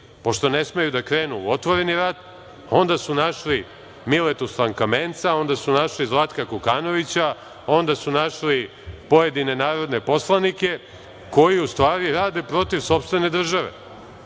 pošto ne smeju da krenu u otvoreni rat, onda su našli Miletu Slankamenca, onda su našli Zlatka Kokanovića, onda su našli pojedine narodne poslanike, koji ustvari rade protiv sopstvene države,